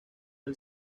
del